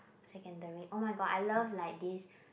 secondary oh-my-god I love like this